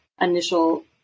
initial